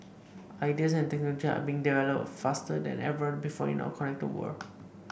ideas and technology are being developed faster than ever before in our connected world